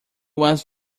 was